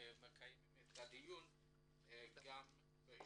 מקיימים את הדיון בהשתתפותה.